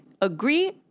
agree